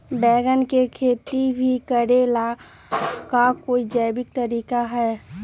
बैंगन के खेती भी करे ला का कोई जैविक तरीका है?